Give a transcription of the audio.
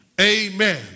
Amen